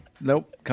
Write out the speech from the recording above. nope